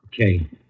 Okay